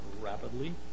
rapidly